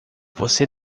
você